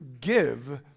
give